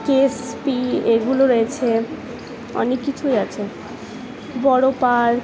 KSP এগুলো রয়েছে অনেক কিছুই আছে বড়ো পার্ক